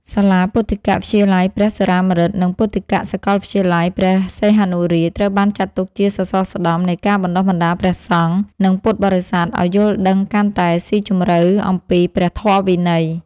សាលាពុទ្ធិកវិទ្យាល័យព្រះសុរាម្រិត និងពុទ្ធិកសាកលវិទ្យាល័យព្រះសីហនុរាជ ត្រូវបានចាត់ទុកជាសសរស្តម្ភនៃការបណ្តុះបណ្តាលព្រះសង្ឃ និងពុទ្ធបរិស័ទឱ្យយល់ដឹងកាន់តែស៊ីជម្រៅអំពីព្រះធម៌វិន័យ។